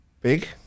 big